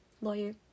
lawyer